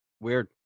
Weird